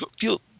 feel